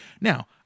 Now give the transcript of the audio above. now